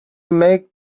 made